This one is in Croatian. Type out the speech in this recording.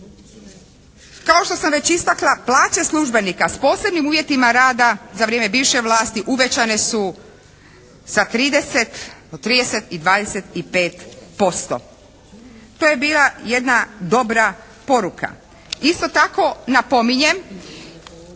Kao što sam već istakla plaće službenika s posebnim uvjetima rada za vrijeme bivše vlasti uvećane su sa 30, 30 i 25%. To je bila jedna dobra poruka. Isto tako napominjem